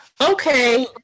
okay